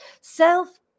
self